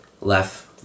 left